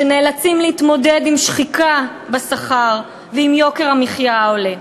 שנאלצים להתמודד עם שחיקה בשכר ועם יוקר המחיה העולה.